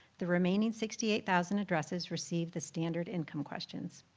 the remaining sixty eight thousand addresses received the standard income questions.